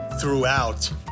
throughout